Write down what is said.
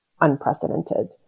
unprecedented